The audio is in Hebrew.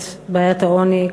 את בעיית העוני,